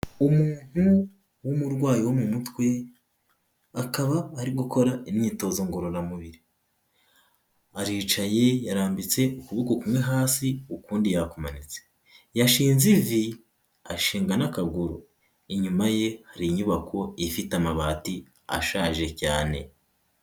Umuntu w'umurwayi wo mu mutwe akaba ari gukora imyitozo ngororamubiri aricaye yarambitse ukuboko kumwe hasi ukundi yakumanitse yashinze ivi ashinga n'akaguru inyuma ye hari inyubako ifite amabati ashaje cyane.